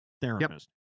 therapist